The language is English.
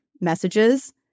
messages